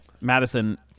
Madison